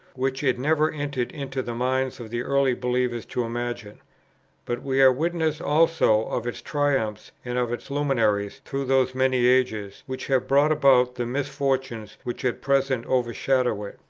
which it never entered into the minds of the early believers to imagine but we are witnesses also of its triumphs and of its luminaries through those many ages which have brought about the misfortunes which at present overshadow it.